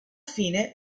fine